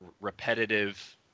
repetitive